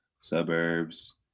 suburbs